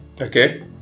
okay